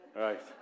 Right